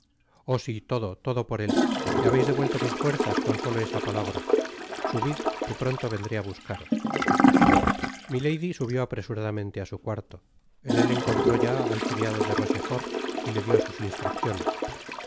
oh si todo todo por ef me habeis devuelto mis fuerzas coo solo esa palabra subid que pronto vendréá buscaros milady subió apresuradamente á su cuarto en él encontró ya al criado de rochefort y le dió sus instrucciones debia aguardarse á